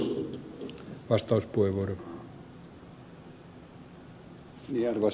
arvoisa puhemies